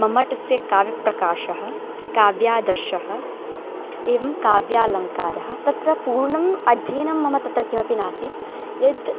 मम्मटस्य काव्यप्रकाशः काव्यादर्शः एवं काव्यालङ्कारः तत्र पूर्णम् अध्ययनं मम तत्र किमपि नासीत् यद्